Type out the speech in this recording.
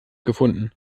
gefunden